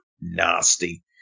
nasty